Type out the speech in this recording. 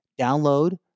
download